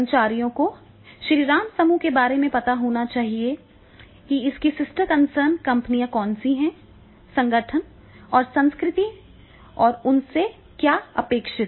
कर्मचारियों को श्रीराम समूह के बारे में पता होना चाहिए यह बहन की चिंता करने वाली कंपनियां हैं संगठन की संस्कृति और उनसे क्या अपेक्षित है